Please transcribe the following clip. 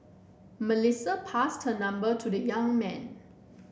Melissa passed her number to the young man